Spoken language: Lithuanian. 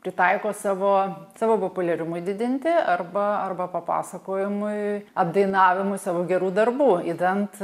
pritaiko savo savo populiarumui didinti arba arba papasakojimui apdainavimui savo gerų darbų idant